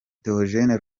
theogene